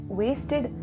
wasted